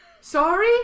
Sorry